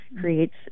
creates